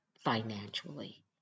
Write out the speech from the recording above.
financially